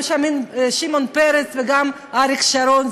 גם שמעון פרס וגם אריק שרון,